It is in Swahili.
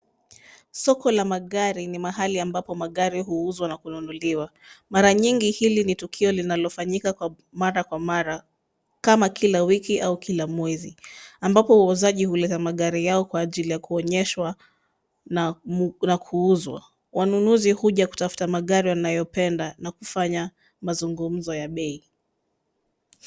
Soko la magari ni mahali ambapo magari huuzwa na kununuliwa, mara nyingi hili ni tukio linalofanyika kwa mara kwa mara kama kila wiki au kila mwezi ambapo uuzaji huleta magari yao kwa ajili ya kuonyesha na kuuzwa, wanunuzi huja kutafuta magari wanayopenda na kufanya mazungumzo ya bei.